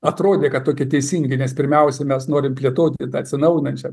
atrodė kad tokie teisingi nes pirmiausia mes norim plėtoti tą atsinaujinančią